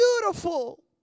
beautiful